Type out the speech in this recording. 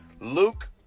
Luke